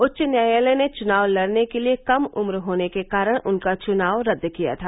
उच्च न्यायालय ने चुनाव लड़ने के लिए कम उम्र होने के कारण उनका चुनाव रद्द किया था